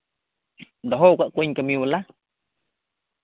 ᱫᱚᱦᱚ ᱠᱟᱜ ᱠᱚᱣᱟᱧ ᱠᱟᱹᱢᱤ ᱵᱟᱞᱟ